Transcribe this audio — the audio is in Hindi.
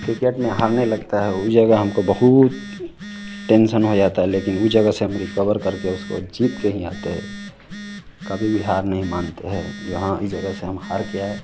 क्रिकेट में हारने लगता है ऊ जगह हमको बहुत टेन्सन हो जाता है लेकिन ऊ जगह से हम रिकवर करके उसको जीत के ही आते है कभी भी हार नहीं मानते है जहाँ भी जगह से हम हार के आए